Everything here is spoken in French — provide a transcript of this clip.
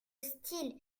style